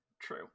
true